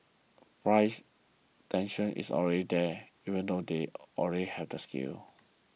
the price tension is already there even though they already have the scale